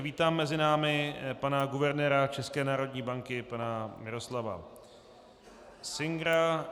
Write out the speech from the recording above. Vítám mezi námi pana guvernéra České národní banky pana Miroslava Singera.